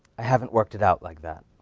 i haven't worked it out like that.